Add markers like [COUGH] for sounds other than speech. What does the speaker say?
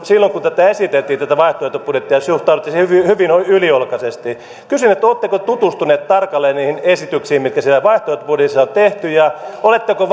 silloin kun tätä vaihtoehtobudjettia esitettiin te suhtauduitte siihen hyvin yliolkaisesti nyt kysyn teiltä oletteko tutustuneet tarkalleen niihin esityksiin mitkä siinä vaihtoehtobudjetissa on tehty ja oletteko [UNINTELLIGIBLE]